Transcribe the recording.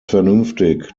vernünftig